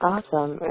Awesome